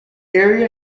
area